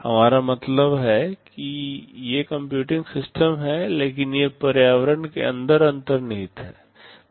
हमारा मतलब है कि ये कंप्यूटिंग सिस्टम हैं लेकिन ये पर्यावरण के अंदर अंतर्निहित हैं